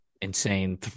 Insane